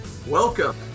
Welcome